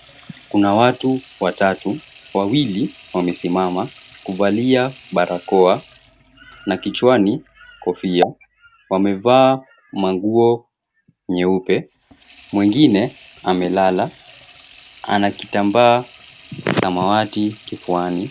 Kuna watu watatu, wawili wamesimama kuvalia barakoa na kichwani kofia. Wamevaa manguo nyeupe mwengine amelala ana kitambaa samawati kifuani.